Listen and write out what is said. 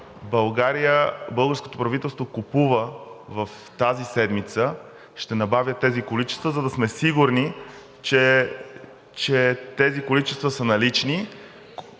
българското правителство купува тази седмица и ще набавя тези количества, за да сме сигурни, че тези количества са налични.